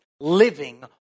living